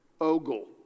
ogle